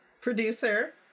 producer